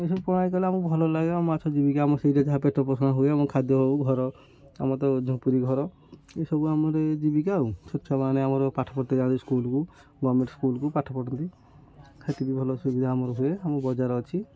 ଏସବୁ ପଢ଼ାଇ କଲେ ଆମକୁ ଭଲ ଲାଗେ ଆମ ମାଛ ଜୀବିକା ଆମ ସେଇଟା ଯାହା ପେଟ ପୋଷଣ ହୁଏ ଆମ ଖାଦ୍ୟ ହଉ ଘର ଆମ ତ ଝୁମ୍ପୁରୀ ଘର ଏସବୁ ଆମର ଜୀବିକା ଆଉ ଶିକ୍ଷକମାନେ ଆମର ପାଠ ପଢ଼ତେ ଯାଆନ୍ତି ସ୍କୁଲକୁ ଗଭର୍ଣ୍ଣମେଣ୍ଟ ସ୍କୁଲକୁ ପାଠ ପଢ଼ନ୍ତି ସେଇଠି ବି ଭଲ ସୁବିଧା ଆମର ହୁଏ ଆମ ବଜାର ଅଛି